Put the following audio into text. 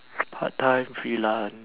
part time freelance